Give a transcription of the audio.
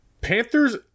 Panthers